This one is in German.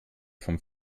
vom